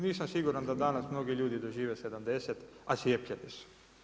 Nisam siguran da nas mnogi ljudi dožive 70 a cijepljeni su.